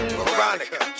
Veronica